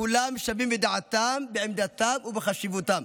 כולם שווים בדעתם, בעמדתם ובחשיבותם.